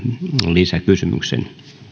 lisäkysymyksen